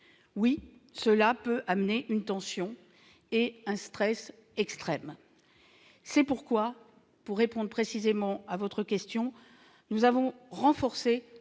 Oui, cela peut mener à une tension et à un stress extrêmes. C'est pourquoi, pour répondre précisément à votre question, nous avons renforcé